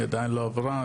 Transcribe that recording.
היא עדיין לא עברה,